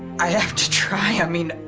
i have to try, i mean.